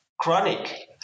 Chronic